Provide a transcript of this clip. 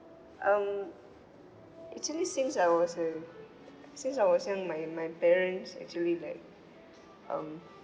mm actually since I was uh since I was young my my parents actually like um